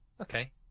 Okay